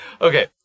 Okay